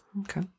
Okay